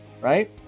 Right